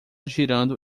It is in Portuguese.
girando